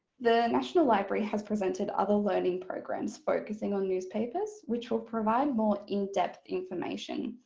the national library has presented other learning programs focusing on newspapers which will provide more in-depth information.